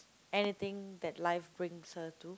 anything that life brings her to